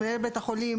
של מנהל בית החולים,